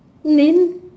then